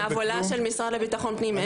זה עבודה של משרד לביטחון פנים.